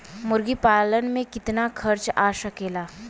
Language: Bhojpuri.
मुर्गी पालन में कितना खर्च आ सकेला?